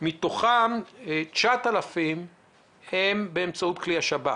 מתוכם 9,000 הם באמצעות כלי השב"כ